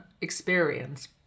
experience